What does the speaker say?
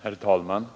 Herr talman!